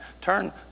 Turn